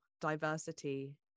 diversity